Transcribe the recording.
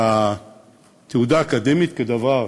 לתעודה האקדמית כאל דבר,